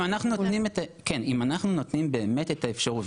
אם אנחנו נותנים באמת את האפשרות,